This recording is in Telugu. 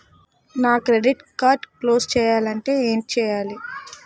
నా క్రెడిట్ కార్డ్ క్లోజ్ చేయాలంటే ఏంటి చేయాలి?